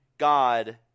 God